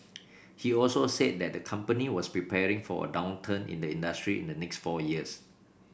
he also said that the company was preparing for a downturn in the industry in the next four years